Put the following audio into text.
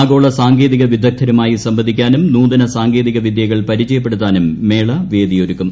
ആഗോള സാങ്കേതിക വിദഗ്ദ്ധരുമായി സംവദിക്കാനും നൂതന സാങ്കേതിക വിദ്യകൾ പരിചയപ്പെടുത്താനും മേള വേദിയൊരുക്കും